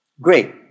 great